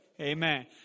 Amen